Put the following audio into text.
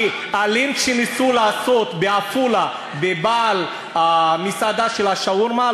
כי הלינץ' שניסו לעשות בעפולה בבעל המסעדה של השווארמה,